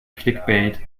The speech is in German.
clickbait